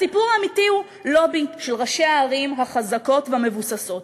הסיפור האמיתי הוא לובי של ראשי הערים החזקות והמבוססות,